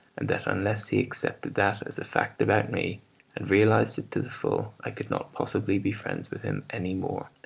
and that unless he accepted that as a fact about me and realised it to the full i could not possibly be friends with him any more,